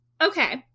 okay